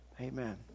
Amen